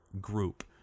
group